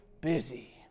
busy